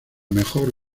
mejor